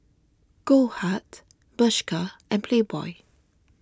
Goldheart Bershka and Playboy